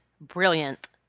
brilliant